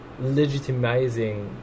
legitimizing